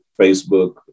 Facebook